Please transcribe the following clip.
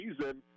season